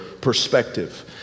perspective